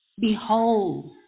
Behold